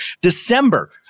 December –